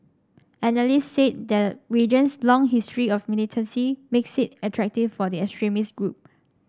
analysts said the region's long history of militancy makes it attractive for the extremist group